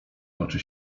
toczy